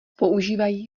používají